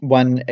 one